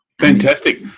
Fantastic